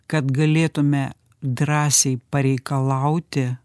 kad galėtume drąsiai pareikalauti